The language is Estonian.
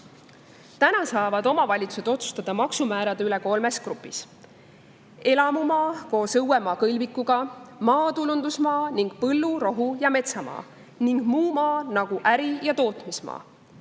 saavad omavalitsused otsustada maksumäärade üle kolmes grupis: elamumaa koos õuemaa kõlvikuga, maatulundusmaa ning põllu-, rohu- ja metsamaa ning muu maa, nagu äri- ja tootmismaa.